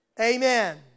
Amen